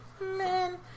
Man